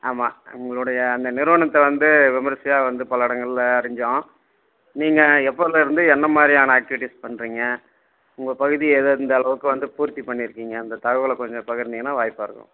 ஆமாம் உங்களுடைய அந்த நிறுவனத்தை வந்து விமர்சையாக வந்து பல இடங்கள்ல அறிஞ்சோம் நீங்கள் எப்போதுலேருந்து எந்த மாதிரியான ஆக்டிவிட்டிஸ் பண்ணுறீங்க உங்கள் பகுதியை ஏதோ இந்த அளவுக்கு வந்து பூர்த்தி பண்ணியிருக்கீங்க அந்த தகவலை கொஞ்சம் பகிர்ந்திங்கன்னா வாய்ப்பாக இருக்கும்